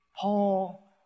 Paul